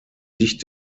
sicht